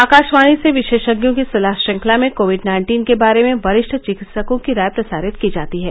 आकाशवाणी से विशेषज्ञों की सलाह श्रृंखला में कोविड नाइन्टीन के बारे में वरिष्ठ चिकित्सकों की राय प्रसारित की जाती है